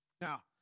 Now